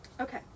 Okay